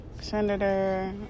Senator